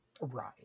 right